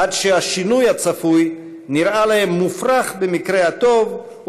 עד שהשינוי הצפוי נראה להם מופרך במקרה הטוב,